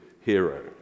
hero